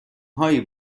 هایی